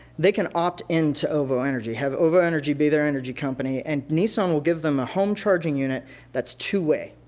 they can opt into ovo energy. have ovo energy be their energy company and nissan will give them a home charging unit that's two way.